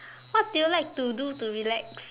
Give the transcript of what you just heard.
what do you like to do to relax